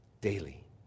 Daily